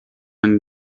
and